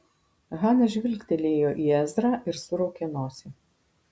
hana žvilgtelėjo į ezrą ir suraukė nosį